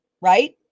right